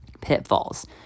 pitfalls